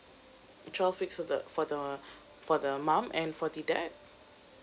twelve weeks for the for the for the mum and for the dad